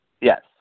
Yes